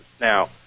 Now